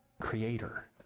creator